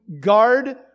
guard